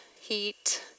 heat